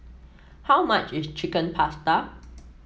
how much is Chicken Pasta